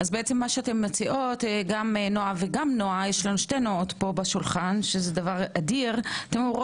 מה שאתן מציעות, שתי הנועות אתן אומרות: